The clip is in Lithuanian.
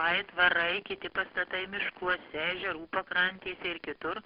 aitvarai kiti pastatai miškuose ežerų pakrantėse ir kitur